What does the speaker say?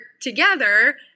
together –